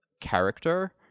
character